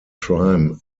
crime